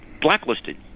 blacklisted